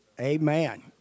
Amen